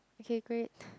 okay great